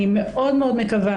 אני מאוד מאוד מקווה,